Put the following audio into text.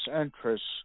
interests